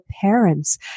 parents